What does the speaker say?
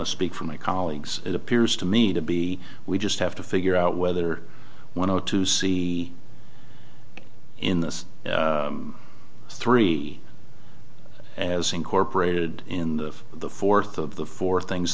to speak for my colleagues it appears to me to be we just have to figure out whether one ought to see in this three as incorporated in the fourth of the four things